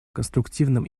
конструктивным